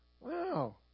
Wow